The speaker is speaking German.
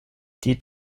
die